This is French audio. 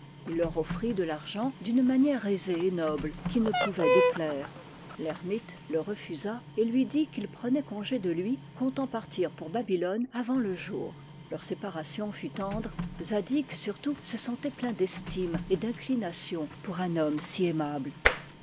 il leur offrit de l'argent d'une manière aisée et noble qui ne pouvait déplaire l'ermite le refusa et lui dit qu'il prenait congé de lui comptant partir pour babylone avant le jour leur séparation fut tendre zadig surtout se sentait plein d'estime et d'inclination pour un homme si aimable